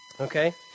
Okay